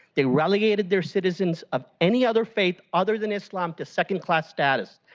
they relegated their citizens of any other faith other than islam to second-class status.